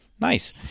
Nice